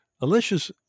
Alicia's